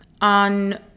on